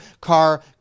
car